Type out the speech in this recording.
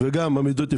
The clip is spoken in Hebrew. ולרעידות